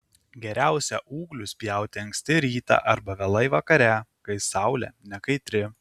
geriausia ūglius pjauti anksti rytą arba vėlai vakare kai saulė nekaitri